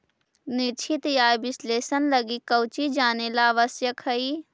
निश्चित आय विश्लेषण लगी कउची जानेला आवश्यक हइ?